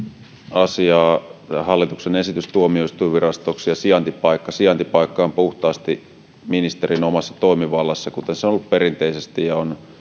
asiaa hallituksen esitys tuomioistuinvirastoksi ja sijaintipaikka sijaintipaikka on puhtaasti ministerin omassa toimivallassa kuten se on ollut perinteisesti ja on ollut